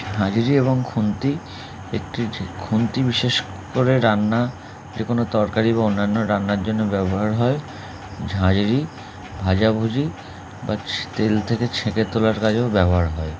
ঝাঁজরি এবং খুন্তি একটি খুন্তি বিশেষ করে রান্না যে কোনো তরকারি বা অন্যান্য রান্নার জন্য ব্যবহার হয় ঝাঁজরি ভাজাভুজি বা তেল থেকে ছেঁকে তোলার কাজেও ব্যবহার হয়